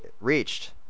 reached